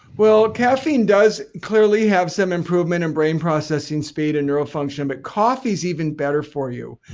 well, caffeine does clearly have some improvement in brain processing speed and neuro function, but coffee's even better for you.